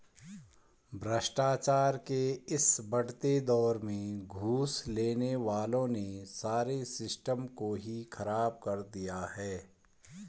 भ्रष्टाचार के इस बढ़ते दौर में घूस लेने वालों ने सारे सिस्टम को ही खराब कर दिया है